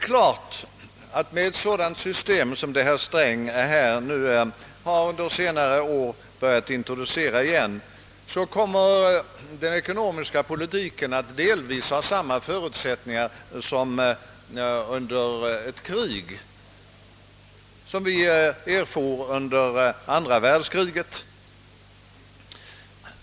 Klart är att med ett sådant system som det herr Sträng under senare år har börjat utbygga den ekonomiska politiken delvis kommer att ha samma förutsättningar som under ett krig; vi erfor dem under andra världskriget.